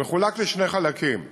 הוא מחולק לשני חלקים.